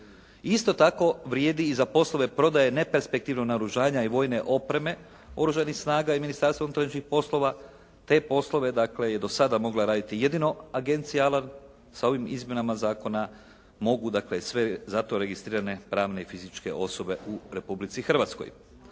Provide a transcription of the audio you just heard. Isto tako vrijedi i za poslove prodaje neperspektivnog naoružanja i vojne opreme oružanih snaga i Ministarstva unutrašnjih poslova. Te poslove je dakle do sada mogla raditi jedino Agencija Alan sa ovim izmjenama zakona mogu dakle sve za to registrirane pravne i fizičke osobe u Republici Hrvatskoj.